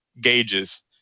gauges